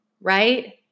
Right